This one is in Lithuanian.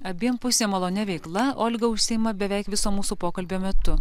abiem pusėm malonia veikla olga užsiima beveik viso mūsų pokalbio metu